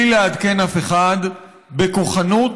בלי לעדכן אף אחד, בכוחנות,